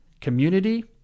community